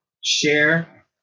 Share